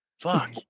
Fuck